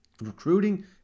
Recruiting